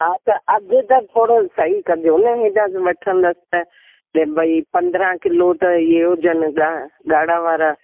हा त अघु त थोरो सही कजो न हेॾा वठंदसि त भई पंद्रहां किलो त इहे हुजनि ॻा ॻाढ़ा वारा